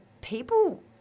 people